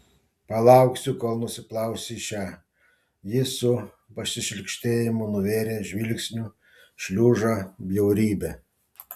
palauksiu kol nusiplausi šią jis su pasišlykštėjimu nuvėrė žvilgsniu šliužą bjaurybę